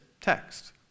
text